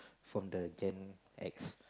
from the Gen-X